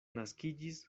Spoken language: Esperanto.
naskiĝis